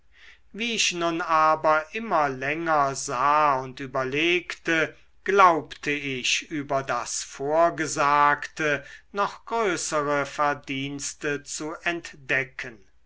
wie ich nun aber immer länger sah und überlegte glaubte ich über das vorgesagte noch größere verdienste zu entdecken